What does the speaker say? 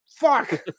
Fuck